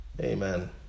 Amen